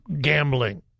gambling